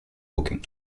booking